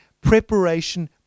Preparation